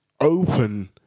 open